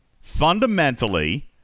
fundamentally